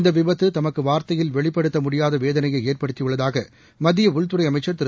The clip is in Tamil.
இந்தவிபத்துதமக்குவார்த்தையில் வெளிப்படுத்தமுடியாதவேதனையைஏற்படுத்தியுள்ளதாகமத்தியஉள்துறைஅமைச்ச் திரு